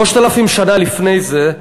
3,000 שנה לפני זה,